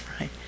right